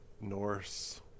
norse